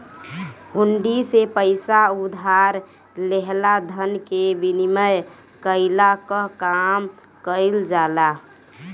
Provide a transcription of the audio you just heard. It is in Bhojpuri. हुंडी से पईसा उधार लेहला धन के विनिमय कईला कअ काम कईल जाला